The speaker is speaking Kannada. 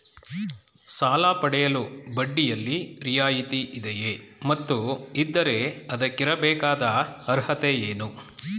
ಸಾಲ ಪಡೆಯಲು ಬಡ್ಡಿಯಲ್ಲಿ ರಿಯಾಯಿತಿ ಇದೆಯೇ ಮತ್ತು ಇದ್ದರೆ ಅದಕ್ಕಿರಬೇಕಾದ ಅರ್ಹತೆ ಏನು?